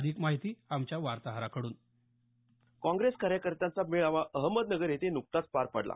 अधिक माहिती देत आहेत आमचे वार्ताहर काँग्रेस कार्यकर्त्यांचा मेळावा अहमदनगर येथे नुकताच पार पडला